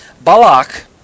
Balak